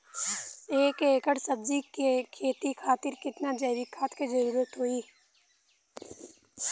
एक एकड़ सब्जी के खेती खातिर कितना जैविक खाद के जरूरत होई?